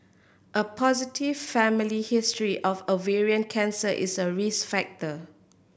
a positive family history of ovarian cancer is a risk factor